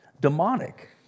demonic